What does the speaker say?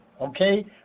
Okay